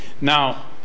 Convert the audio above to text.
Now